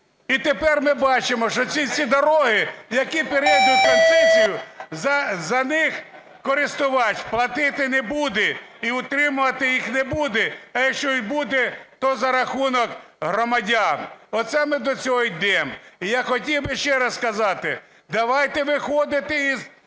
І тепер ми бачимо, що ці всі дороги, які перейдуть в концесію, за них користувач платити не буде і утримувати їх не буде, а якщо і буде, то за рахунок громадян. Оце ми до цього йдемо. І я хотів би ще раз сказати: давайте виходити із